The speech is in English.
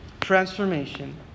transformation